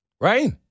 Right